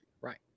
Right